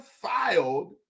filed